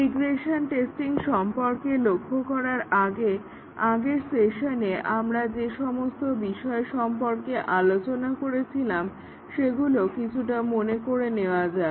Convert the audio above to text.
regression testing সম্পর্কে লক্ষ্য করার আগে আগের সেশনে আমরা যেসব বিষয় সম্পর্কে আলোচনা করেছিলাম সেগুলি কিছুটা মনে করে নেওয়া যাক